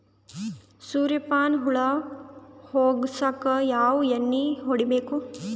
ಸುರ್ಯಪಾನ ಹುಳ ಹೊಗಸಕ ಯಾವ ಎಣ್ಣೆ ಹೊಡಿಬೇಕು?